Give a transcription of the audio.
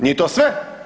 Nije to sve.